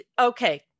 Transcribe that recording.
okay